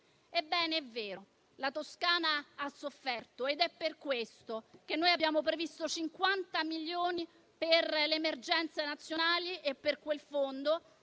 Toscana. È vero che la Toscana ha sofferto ed è per questo che noi abbiamo previsto 50 milioni per le emergenze nazionali e per il fondo